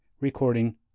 recording